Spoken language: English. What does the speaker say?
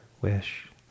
wish